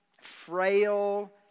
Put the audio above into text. frail